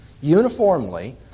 uniformly